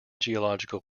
geological